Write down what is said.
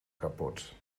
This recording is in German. kaputt